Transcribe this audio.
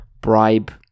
bribe